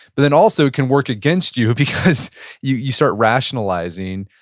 but then also it can work against you because you you start rationalizing